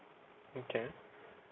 okay